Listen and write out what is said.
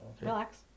Relax